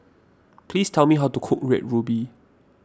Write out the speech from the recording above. please tell me how to cook Red Ruby